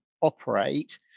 operate